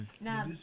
Now